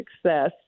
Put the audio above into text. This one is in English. success